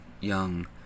young